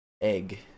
egg